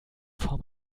form